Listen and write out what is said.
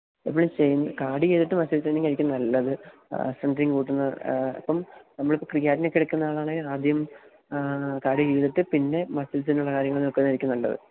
നമ്മൾ കാഡ്യോ ചെയ്തിട്ട് മസിൽ ട്രേയ്നിങ്ങായിരിക്കും നല്ലത് സിങ്കിങ് കൂട്ടുന്നത് അപ്പം നമ്മൾ ഇപ്പം ക്രിയാറ്റിനക്കെ എടുക്കുന്ന ആളാണേൽ ആദ്യം കാഡ്യോ ചെയ്തിട്ട് പിന്നെ മസിൽസ്സിനുള്ള കാര്യങ്ങൾ നോക്കുന്നതായിരിക്കും നല്ലത്